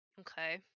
Okay